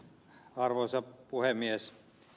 arvoisa puhemies